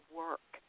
work